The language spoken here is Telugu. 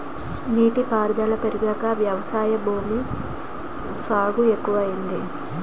నీటి పారుదుల పెరిగాక వ్యవసాయ భూమి సాగు ఎక్కువయింది